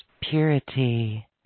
purity